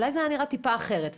אולי זה היה נראה טיפה אחרת.